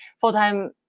full-time